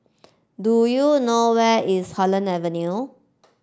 do you know where is Holland Avenue